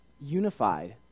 unified